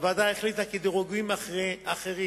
הוועדה החליטה כי דירוגים אחרים,